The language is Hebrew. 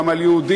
גם על יהודים,